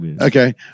Okay